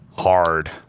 Hard